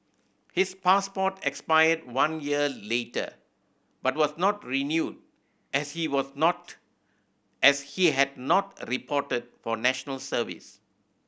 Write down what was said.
his passport expired one year later but was not renewed as he was not as he had not reported for National Service